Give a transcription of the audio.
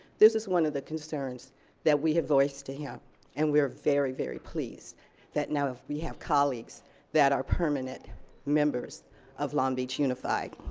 this is one of the concerns that we have voiced to him and we are very very pleased that now we have colleagues that are permanent members of long beach unified.